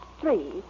three